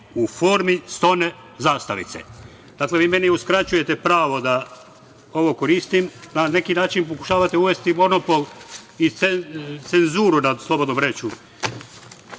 u formi stone zastavice. Dakle, vi meni uskraćujete pravo da ovo koristim. Na neki način pokušavate uvesti monopol i cenzuru nad slobodnom rečju.